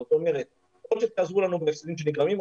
זאת אומרת או שתעזרו לנו בהפסדים שנגרמים,